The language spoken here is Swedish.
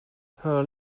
hör